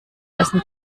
essen